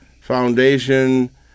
Foundation